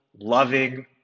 loving